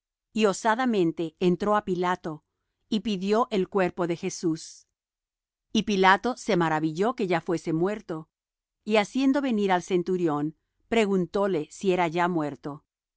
y osadamente entró á pilato y pidió el cuerpo de jesús y pilato se maravilló que ya fuese muerto y haciendo venir al centurión preguntóle si era ya muerto